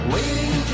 Waiting